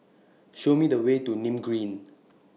Show Me The Way to Nim Green